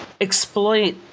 exploit